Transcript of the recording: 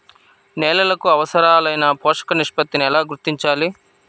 నేలలకు అవసరాలైన పోషక నిష్పత్తిని ఎలా గుర్తించాలి?